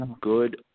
good